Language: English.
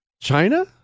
China